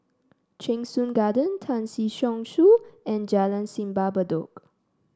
Cheng Soon Garden Tan Si Chong Su and Jalan Simpang Bedok